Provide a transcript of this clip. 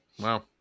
Wow